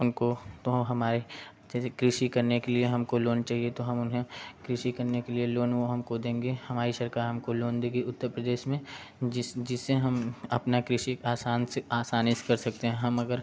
उनको तो हमारे जैसे कृषि करने के लिए हमको लोन चहिए तो हम उन्हें कृषि करने के लिए लोन वो हमको देंगे हमारी सरकार हमको लोन देगी उत्तर प्रदेश में जिस जिससे हम अपना कृषि आसान से आसानी से कर सकते हैं हम अगर